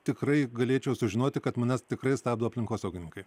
tikrai galėčiau sužinoti kad mane tikrai stabdo aplinkosaugininkai